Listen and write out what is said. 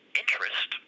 interest